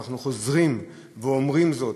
ואנחנו חוזרים ואומרים זאת,